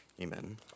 amen